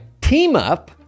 TeamUp